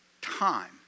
Time